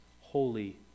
holy